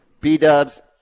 B-Dubs